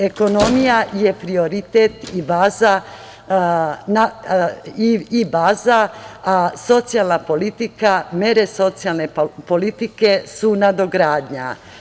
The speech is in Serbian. Ekonomija je prioritet i baza, socijalna politika, mere socijalne politike su nadogradnja.